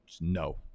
No